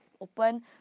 Open